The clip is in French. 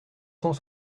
cent